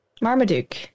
Marmaduke